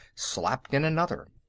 slapped in another.